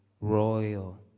royal